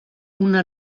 una